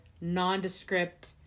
nondescript